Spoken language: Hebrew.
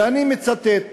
ואני מצטט